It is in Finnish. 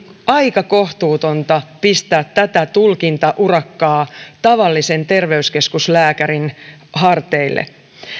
aika kohtuutonta pistää tätä tulkintaurakkaa tavallisen terveyskeskuslääkärin harteille